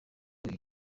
iyi